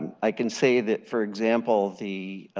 i can say that for example, the